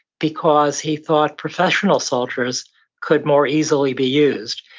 because he thought professional soldiers could more easily be used.